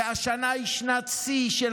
והשנה היא שנת שיא של